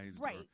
Right